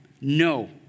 no